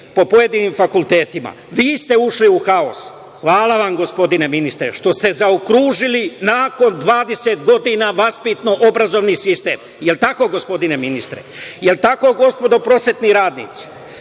po pojedinim fakultetima, vi ste ušli u haos. Hvala vam gospodine ministre što ste zaokružili, nakon 20 godina, vaspitno-obrazovni sistem. Jel tako, gospodine ministre? Jel tako, gospodo prosvetni radnici? Šta